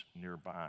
nearby